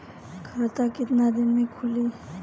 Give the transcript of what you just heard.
खाता कितना दिन में खुलि?